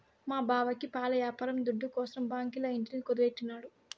మా బావకి పాల యాపారం దుడ్డుకోసరం బాంకీల ఇంటిని కుదువెట్టినాడు